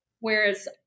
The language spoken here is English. Whereas